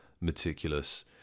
meticulous